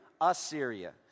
Assyria